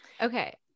Okay